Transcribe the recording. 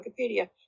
Wikipedia